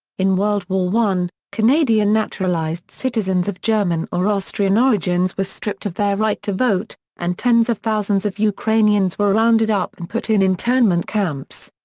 in world war i, canadian naturalized citizens of german or austrian origins were stripped of their right to vote, and tens of thousands of ukrainians were rounded up and put in internment camps.